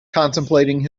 contemplating